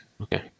Okay